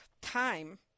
time